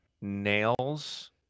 nails